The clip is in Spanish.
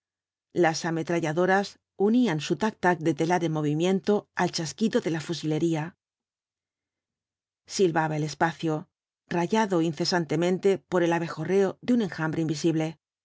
las ametralladoras unían su tac tac de telar en movimiento al chasquido de la fusilería silbaba el espacio rayado incesantemente por el abejorreo de un enjambre invisible